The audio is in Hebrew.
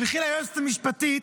תלכי ליועצת המשפטית,